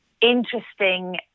interesting